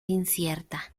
incierta